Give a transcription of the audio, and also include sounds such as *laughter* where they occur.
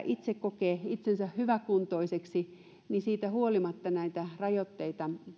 *unintelligible* itse kokee itsensä hyväkuntoiseksi niin siitä huolimatta näitä rajoitteita